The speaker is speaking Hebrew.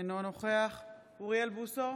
אינו נוכח אוריאל בוסו,